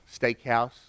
steakhouse